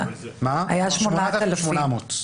זה היה 8,800 שקלים.